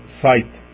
site